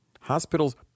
hospitals